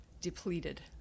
depleted